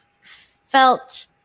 felt